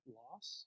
loss